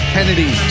Kennedy